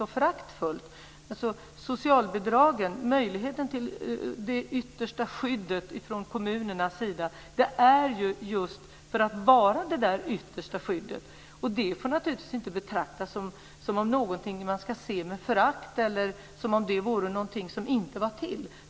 Möjligheten till socialbidrag ska ju vara det yttersta skyddet från kommunernas sida, och det får naturligtvis inte betraktas som om det vore någonting man ska se med förakt på eller någonting som inte borde finnas.